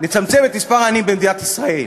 נצמצם את מספר העניים במדינת ישראל.